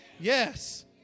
Yes